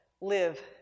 live